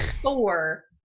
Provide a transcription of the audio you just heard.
Four